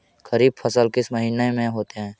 खरिफ फसल किस महीने में होते हैं?